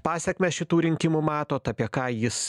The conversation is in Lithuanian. pasekmes šitų rinkimų matot apie ką jis